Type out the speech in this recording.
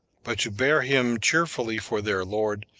but to bear him cheerfully for their lord,